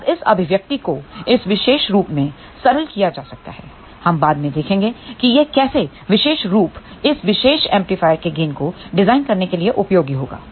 अब इस अभिव्यक्ति को इस विशेष रूप में सरल किया जा सकता है हम बाद में देखेंगे कि यह कैसे विशेष रूप इस विशेष एम्पलीफायर के गेन को डिजाइन करने के लिए उपयोगी होगा